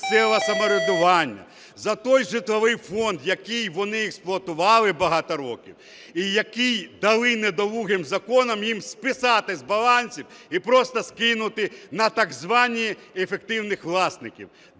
самоврядування за той же житловий фонд, який вони експлуатували багато років і який дали недолугим законом їм списати з балансів і просто скинути на так званих ефективних власників.